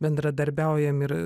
bendradarbiaujam ir